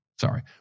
Sorry